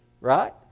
right